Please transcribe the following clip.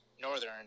Northern